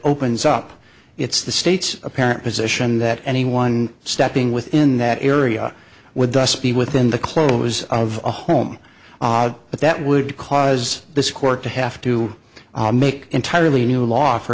opens up it's the state's apparent position that anyone stepping within that area would thus be within the close of a home but that would cause this court to have to make entirely new law for